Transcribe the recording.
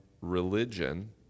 religion